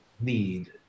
need